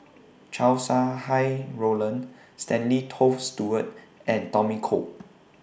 Chow Sau Hai Roland Stanley Toft Stewart and Tommy Koh